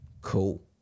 Cool